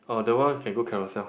oh the one can go carousell